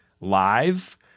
live